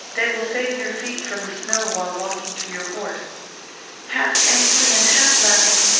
they will save your feet from the snow while walking to your horse half angry, and half laughing,